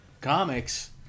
comics